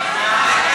ההצעה